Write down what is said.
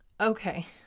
Okay